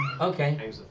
Okay